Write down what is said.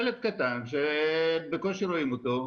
שלט קטן שבקושי רואים אותו,